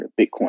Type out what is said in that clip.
bitcoin